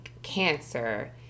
cancer